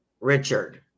Richard